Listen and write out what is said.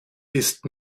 ist